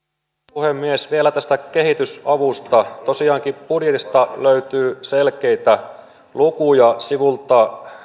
puhemies vielä tästä kehitysavusta tosiaankin budjetista löytyy selkeitä lukuja sivulta